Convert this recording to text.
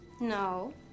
no